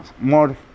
more